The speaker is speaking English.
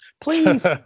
Please